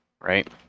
right